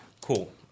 Cool